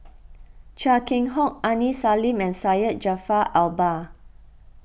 Chia Keng Hock Aini Salim and Syed Jaafar Albar